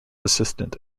assistant